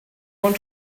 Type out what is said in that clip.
want